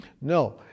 No